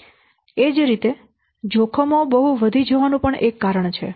એ જ રીતે જોખમો બહુ વધી જવાનું પણ એક કારણ છે